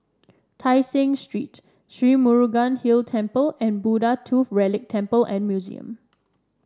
Tai Seng Street Sri Murugan Hill Temple and Buddha Tooth Relic Temple and Museum